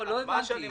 לא הבנתי.